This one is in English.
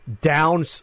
down